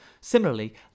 Similarly